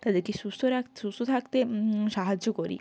তাদেরকে সুস্থ রাখ সুস্থ থাকতে সাহায্য করি